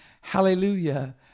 Hallelujah